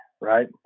right